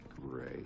great